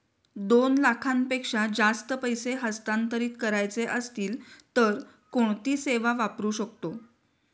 दोन लाखांपेक्षा जास्त पैसे हस्तांतरित करायचे असतील तर कोणती सेवा वापरू शकतो?